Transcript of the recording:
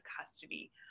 custody